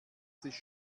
sich